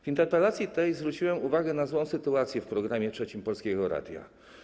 W interpelacji tej zwróciłem uwagę na złą sytuację w Programie 3 Polskiego Radia.